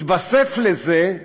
מתווסף לזה,